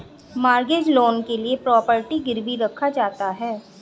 mortgage loan के लिए property गिरवी रखा जाता है